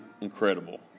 incredible